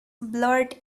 blurred